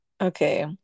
Okay